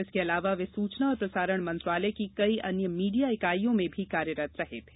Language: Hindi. इसके अलावा वे सूचना और प्रसारण मंत्रालय की कई अन्य मीडिया इकाईयों में भी कार्यरत रहे थे